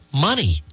money